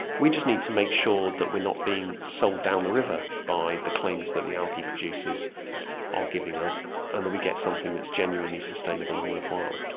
we just need to make sure that we're not being sold down the river by the claims that the algae producers are giving us and that we get something that's genuinely sustainable and worthwhile.